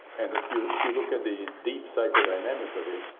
and if you if you look at the deep psychodynamic of it,